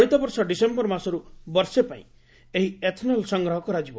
ଚଳିତ ବର୍ଷ ଡିସେମ୍ବର ମାସରୁ ବର୍ଷେ ପାଇଁ ଏହି ଏଥନଲ୍ ସଂଗ୍ରହ କରାଯିବ